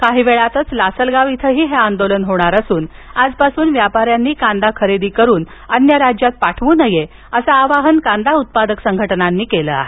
काही वेळात लासलगाव इथं ही आंदोलन सुरू होणार असून आजपासून व्यापाऱ्यांनी कांदा खरेदी करून अन्य राज्यात पाठवू नये असे आवाहन कांदा उत्पादक संघटनांनी केले आहे